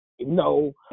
no